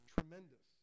Tremendous